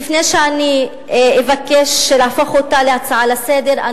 לפני שאני אבקש להפוך אותה להצעה לסדר-היום,